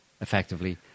effectively